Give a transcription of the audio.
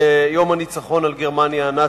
ליום הניצחון על גרמניה הנאצית,